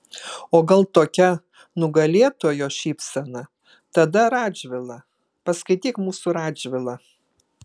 o gal tokia nugalėtojo šypsena tada radžvilą paskaityk mūsų radžvilą